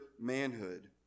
manhood